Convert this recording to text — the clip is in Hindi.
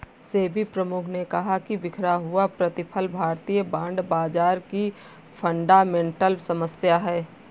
सेबी प्रमुख ने कहा कि बिखरा हुआ प्रतिफल भारतीय बॉन्ड बाजार की फंडामेंटल समस्या है